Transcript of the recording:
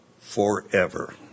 forever